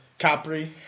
Capri